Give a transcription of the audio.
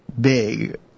big